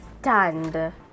stand